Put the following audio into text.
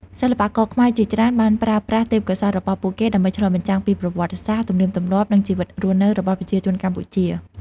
សិល្បករខ្មែរជាច្រើនបានប្រើប្រាស់ទេពកោសល្យរបស់ពួកគេដើម្បីឆ្លុះបញ្ចាំងពីប្រវត្តិសាស្ត្រ ទំនៀមទម្លាប់ និងជីវិតរស់នៅរបស់ប្រជាជនកម្ពុជា។